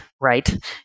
Right